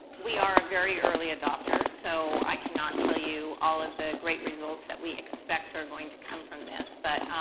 we are a very early adopter, so i cannot tell you all of the great results that we expect are going to come from this. but,